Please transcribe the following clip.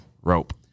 Rope